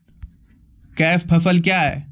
Cash फसल क्या हैं?